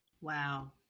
Wow